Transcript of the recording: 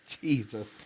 Jesus